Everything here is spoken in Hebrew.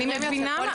אני מבינה.